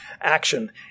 action